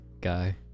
Guy